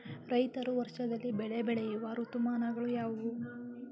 ರೈತರು ವರ್ಷದಲ್ಲಿ ಬೆಳೆ ಬೆಳೆಯುವ ಋತುಮಾನಗಳು ಯಾವುವು?